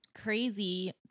crazy